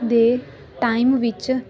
ਦੇ ਟਾਈਮ ਵਿੱਚ